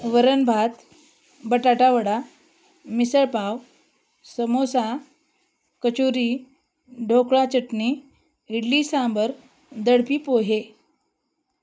वरण भात बटाटा वडा मिसळपाव समोसा कचोरी ढोकळा चटणी इडली सांबर दडपे पोहे